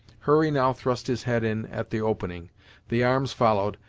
hurry now thrust his head in at the opening the arms followed,